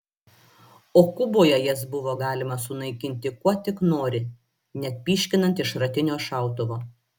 o kuboje jas buvo galima sunaikinti kuo tik nori net pyškinant iš šratinio šautuvo